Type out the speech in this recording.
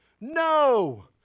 No